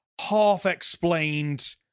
half-explained